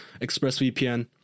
expressvpn